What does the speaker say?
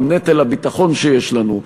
עם נטל הביטחון שיש לנו,